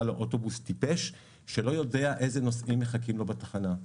לו כך טיפש שלא יודע איזה נוסעים מחכים לו בתחנה.